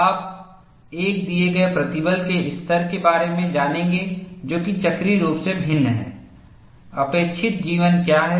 आप एक दिए गए प्रतिबल के स्तर के बारे में जानेंगे जो कि चक्रीय रूप से भिन्न है अपेक्षित जीवन क्या है